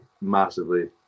massively